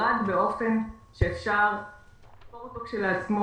ירד באופן שאפשר לספור אותו כשלעצמו,